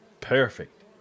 Perfect